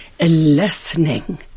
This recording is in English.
listening